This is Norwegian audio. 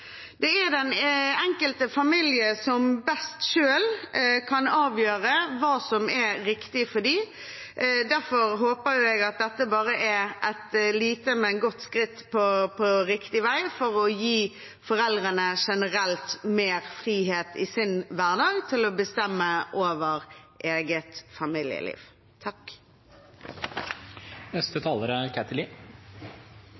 Det er den enkelte familie som best selv kan avgjøre hva som er riktig for den. Derfor håper jeg at dette er et lite, men godt skritt på riktig vei for å gi foreldrene generelt mer frihet i sin hverdag til å bestemme over eget familieliv.